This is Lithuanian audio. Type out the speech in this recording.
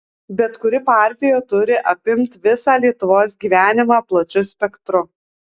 bet kuri partija turi apimt visą lietuvos gyvenimą plačiu spektru